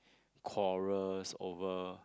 quarrels over